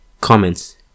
Comments